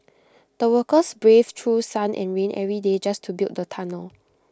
the workers braved through sun and rain every day just to build the tunnel